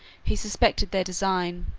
he suspected their design,